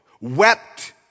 wept